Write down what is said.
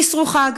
אסרו חג.